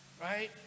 right